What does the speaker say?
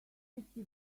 fifty